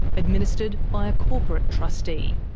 administered by a corporate trustee.